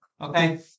Okay